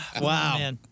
Wow